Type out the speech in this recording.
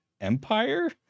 Empire